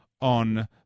on